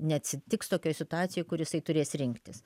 neatsitiks tokioj situacijoj kur jisai turės rinktis